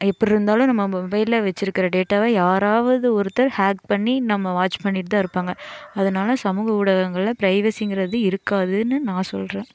எப்படிருந்தாலும் நம்ம மொபைலில் வெச்சிருக்கற டேட்டாவை யாராவது ஒருத்தர் ஹேக் பண்ணி நம்ம வாச் பண்ணிட்டுதான் இருப்பாங்க அதனால சமூக ஊடகங்களில் பிரைவசிங்கிறது இருக்காதுன்னு நான் சொல்கிறேன்